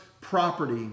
property